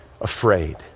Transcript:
afraid